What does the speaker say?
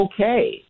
okay